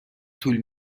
طول